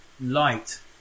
light